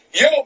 Yo